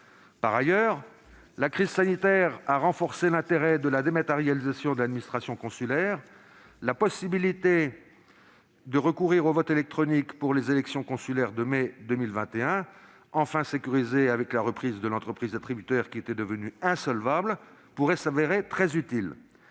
Par ailleurs, la crise sanitaire a renforcé l'intérêt de la dématérialisation de l'administration consulaire. La possibilité de recourir au vote électronique pour les élections consulaires de mai 2021, enfin sécurisée grâce à la reprise de l'entreprise attributaire, qui était devenue insolvable, pourrait se révéler très utile.